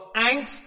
angst